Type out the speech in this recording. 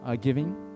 giving